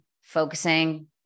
focusing